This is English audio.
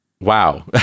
wow